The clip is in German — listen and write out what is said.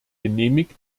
genehmigt